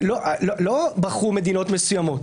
לא בחרו מדינות מסוימות,